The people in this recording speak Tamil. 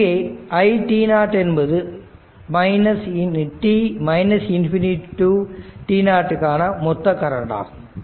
இங்கே i என்பது ∞ tt0 காண மொத்த கரண்ட் ஆகும்